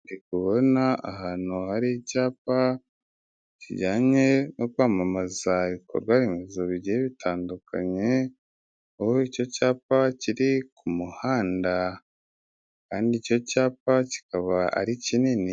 Ndi kubona ahantu hari icyapa kijyanye no kwamamaza ibikorwaremezo bigiye bitandukanye, aho icyo cyapa kiri ku muhanda kandi icyo cyapa kikaba ari kinini.